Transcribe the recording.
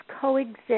coexist